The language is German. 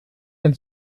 ein